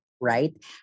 right